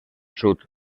sud